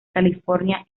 california